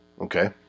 okay